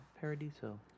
Paradiso